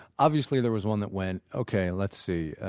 obviously there was one that went ok, let's see,